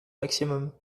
maximum